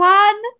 one